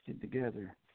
together